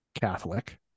Catholic